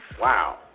Wow